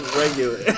regular